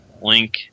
link